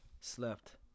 Slept